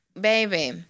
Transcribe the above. Baby